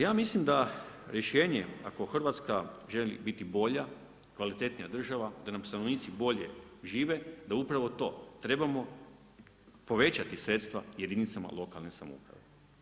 Ja mislim da rješenje ako Hrvatska želi biti bolja, kvalitetnija država, da nam stanovnici bolje žive, da upravo to, trebamo povećati sredstva jedinicama lokalne samouprave.